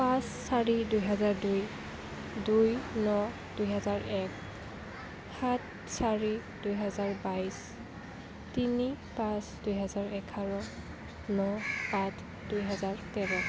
পাঁচ চাৰি দুহেজাৰ দুই দুই ন দুহেজাৰ এক সাত চাৰি দুহেজাৰ বাইছ তিনি পাঁচ দুহেজাৰ এঘাৰ ন সাত দুহেজাৰ তেৰ